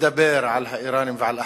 לדבר על האירנים ועל אחמדינג'אד,